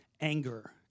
anger